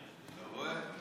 אתה רואה?